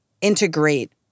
integrate